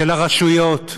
של הרשויות,